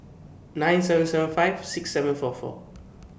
nine seven seven five six seven four four